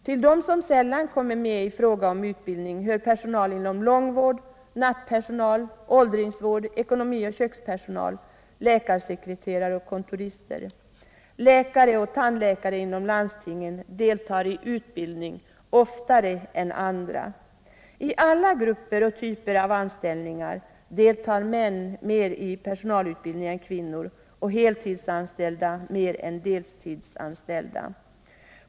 Till dem som sällan kommer med i personalutbildning hör personal inom långvård och åldringsvård, nattpersonal, ekonomioch kökspersonal, läkarsekreterare och kontorister. Läkare och tandläkare inom landstingen deltar i utbildning oftare än andra. I alla grupper och typer av anställningar deltar män mer i personalutbildning än kvinnor och heltidsanställda mer än deltidsanställda.